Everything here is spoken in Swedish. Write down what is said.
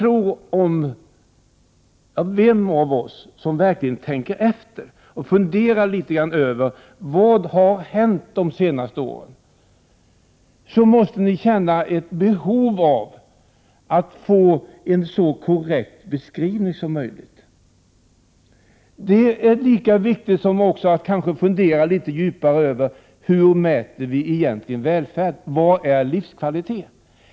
Om man verkligen tänker efter och funderar över vad som hänt de senaste åren, måste man känna ett behov av att få en så korrekt beskrivning som möjligt. Det är lika viktigt att också fundera litet över hur vi egentligen mäter välfärden. Vad är livskvalitet?